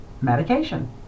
medication